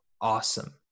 awesome